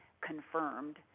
confirmed